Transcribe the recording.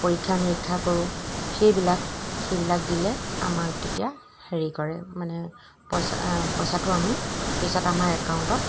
পৰীক্ষা নিৰীক্ষা কৰোঁ সেইবিলাক সেইবিলাক দিলে আমাক তেতিয়া হেৰি কৰে মানে পইচা পইচাটো আমি পিছত আমাৰ একাউণ্টত